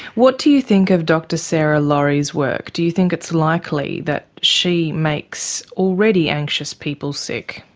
what do you think of dr sarah laurie's work, do you think it's likely that she makes already anxious people sick?